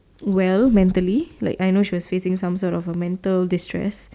well mentally like I know she was facing some sort of a mental distress